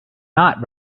not